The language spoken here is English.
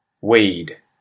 weed